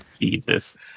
Jesus